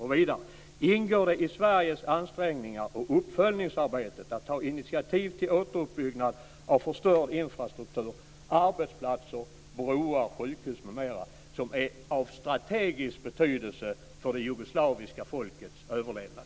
Och vidare: Ingår det i Sveriges ansträngningar och uppföljningsarbete att ta initiativ till återuppbyggnad av förstörd infrastruktur, arbetsplatser, broar, sjukhus m.m. som är av strategisk betydelse för det jugoslaviska folkets överlevnad?